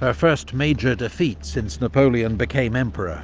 her first major defeat since napoleon became emperor.